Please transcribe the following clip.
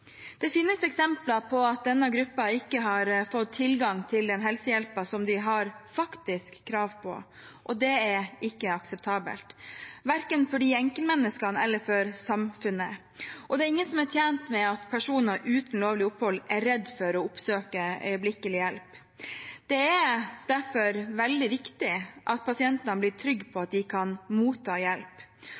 Det finnes eksempler på at denne gruppen ikke har fått tilgang til den helsehjelpen som de faktisk har krav på. Det er ikke akseptabelt, verken for enkeltmenneskene eller for samfunnet. Det er ingen som er tjent med at personer uten lovlig opphold, er redd for å oppsøke øyeblikkelig hjelp. Det er derfor veldig viktig at pasientene blir trygge på at de kan motta hjelp.